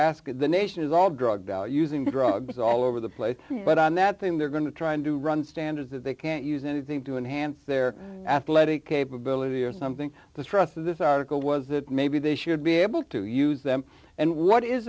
asking the nation is all drug using drugs all over the place but on that thing they're going to trying to run standards that they can't use anything to enhance their athletic capability or something the thrust of this article was that maybe they should be able to use them and what is